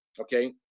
Okay